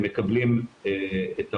הם מקבלים את הרשימות,